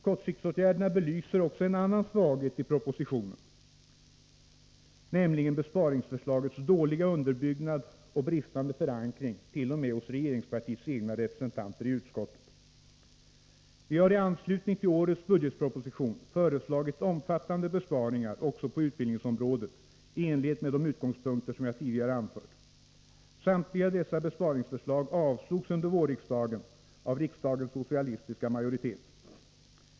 Kortsiktsåtgärderna belyser också en annan svaghet i propositionen, nämligen besparingsförslagens dåliga underbyggnad och bristande förankring t.o.m. hos regeringspartiets egna representanter i utskottet. Vi har i anslutning till årets budgetproposition föreslagit omfattande besparingar också på utbildningsområdet i enlighet med de utgångspunkter jagtidigare anfört. Samtliga dessa besparingsförslag avslogs under vårriksdagen av riksdagens socialistiska majoritet.